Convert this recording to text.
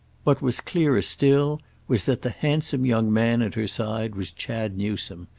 what was clearer still was that the handsome young man at her side was chad newsome,